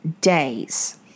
days